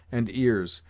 and ears,